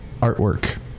artwork